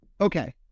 Okay